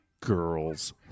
Girls